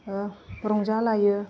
ओ रंजालायो